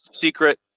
secret